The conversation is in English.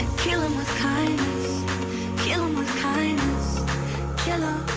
kill em with kindness kill em with kindness kill em,